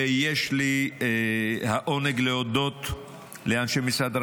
ויש לי העונג להודות לאנשי משרד הרווחה.